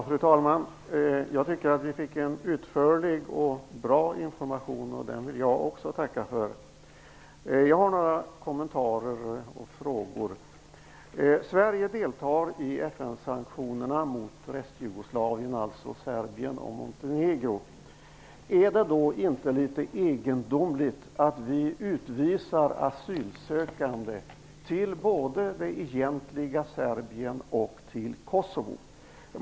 Fru talman! Jag tycker att vi fick en utförlig och bra information, och den vill jag också tacka för. Jag har några kommentarer och frågor. Sverige deltar i FN-sanktionerna mot Restjugoslavien, dvs. Serbien och Montenegro. Är det då inte litet egendomligt att vi utvisar asylsökande till både det egentliga Serbien och till Kosovo?